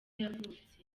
yavutse